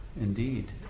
indeed